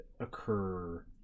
occur